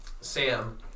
Sam